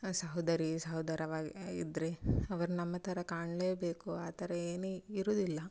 ಸಹೋದರಿ ಸಹೋದರವಾ ಇದ್ರೆ ಅವರು ನಮ್ಮ ಥರ ಕಾಣಲೇಬೇಕು ಆ ಥರ ಏನು ಇರೋದಿಲ್ಲ